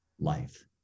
life